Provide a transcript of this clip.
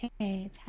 Okay